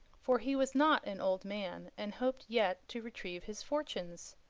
for he was not an old man, and hoped yet to retrieve his fortunes.